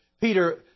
Peter